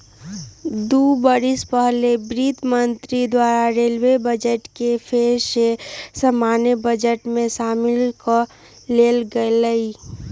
दू बरिस पहिले वित्त मंत्री द्वारा रेलवे बजट के फेर सँ सामान्य बजट में सामिल क लेल गेलइ